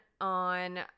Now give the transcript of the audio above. on